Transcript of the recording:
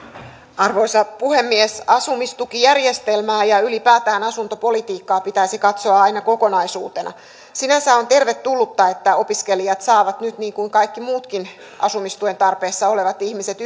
arvoisa puhemies asumistukijärjestelmää ja ylipäätään asuntopolitiikkaa pitäisi katsoa aina kokonaisuutena sinänsä on tervetullutta että opiskelijat saavat nyt niin kuin kaikki muutkin asumistuen tarpeessa olevat ihmiset